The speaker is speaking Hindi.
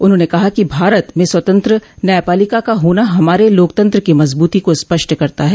उन्होंने कहा कि भारत में स्वतंत्र न्यायपालिका का होना हमारे लोकतंत्र की मजबूती को स्पष्ट करता है